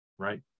right